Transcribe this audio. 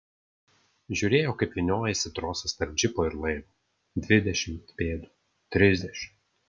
žiūrėjo kaip vyniojasi trosas tarp džipo ir laivo dvidešimt pėdų trisdešimt